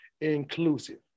inclusive